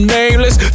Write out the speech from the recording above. nameless